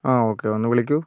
അതെ ഓക്കെ വന്ന് വിളിക്കൂ